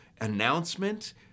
announcement